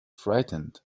frightened